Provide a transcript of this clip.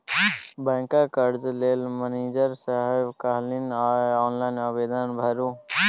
बैंकक कर्जा लेल मनिजर साहेब कहलनि अहॅँ ऑनलाइन आवेदन भरू